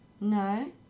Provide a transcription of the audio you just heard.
No